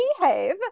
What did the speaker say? Behave